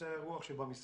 מבצעי רוח שבמשרד.